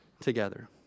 together